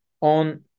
on